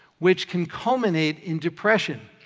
which can culminate in depression.